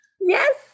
Yes